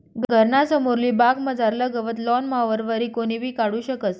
घरना समोरली बागमझारलं गवत लॉन मॉवरवरी कोणीबी काढू शकस